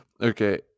Okay